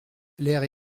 l’air